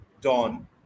Don